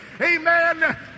amen